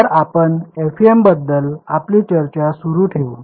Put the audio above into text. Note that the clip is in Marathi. तर आपण FEM बद्दल आपली चर्चा सुरू ठेवू